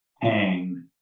hang